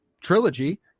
trilogy